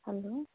hello